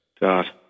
God